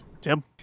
Tim